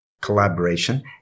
collaboration